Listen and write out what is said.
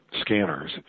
scanners